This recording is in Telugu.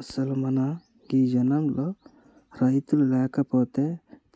అసలు మన గీ జనంలో రైతులు లేకపోతే